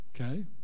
Okay